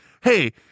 Hey